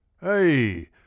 Hey